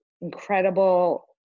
incredible